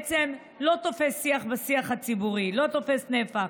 זה בעצם לא תופס מקום בשיח הציבורי, לא תופס נפח.